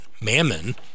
Mammon